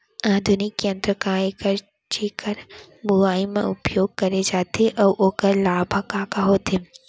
आधुनिक यंत्र का ए जेकर बुवाई म उपयोग करे जाथे अऊ ओखर लाभ ह का का होथे?